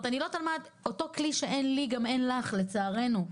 אותו כלי שאין לי גם אין לך, לצערנו.